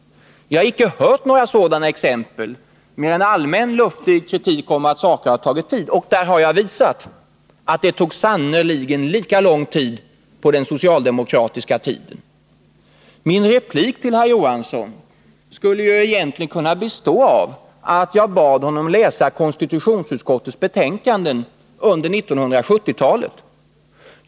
Jag har inte hört några sådana exempel utan i stället en allmän, luftig kritik mot att saker har tagit tid. Jag har visat att det sannerligen tog lång tid också under de socialdemokratiska regeringarna. 23 Min replik till herr Johansson skulle egentligen kunna bestå av att jag bad honom läsa konstitutionsutskottets betänkanden under 1970-talet.